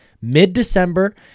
mid-December